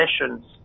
sessions